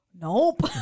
Nope